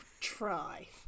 try